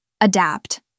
adapt